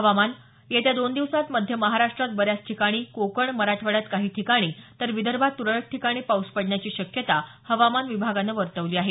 हवामान येत्या दोन दिवसांत मध्य महाराष्ट्रात बऱ्याच ठिकाणी कोकण मराठवाड्यात काही ठिकाणी तर विदर्भात तुरळक ठिकाणी पाऊस पडण्याची शक्यता हवामान विभागानं वर्तवली आहे